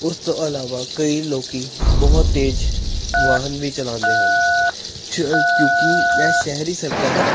ਉਸ ਤੋਂ ਇਲਾਵਾ ਕਈ ਲੋਕ ਬਹੁਤ ਤੇਜ਼ ਵਾਹਨ ਵੀ ਚਲਾਉਂਦੇ ਹਨ ਸ਼ ਕਿਉਂਕਿ ਇਹ ਸ਼ਹਿਰੀ ਸੜਕਾਂ ਹਨ